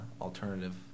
alternative